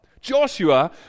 Joshua